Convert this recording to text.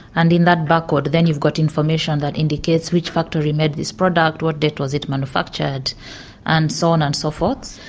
and in that barcode then you've got information that indicates which factory made this product, what date was it manufactured and so on and so forth.